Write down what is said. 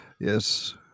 yes